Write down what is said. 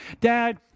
Dad